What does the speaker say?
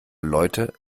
leute